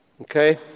Okay